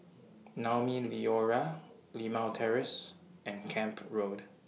Naumi Liora Limau Terrace and Camp Road